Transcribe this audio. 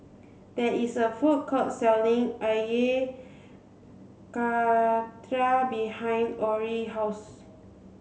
there is a food court selling Karthira behind Orie's house